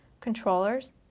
controllers